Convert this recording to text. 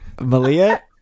Malia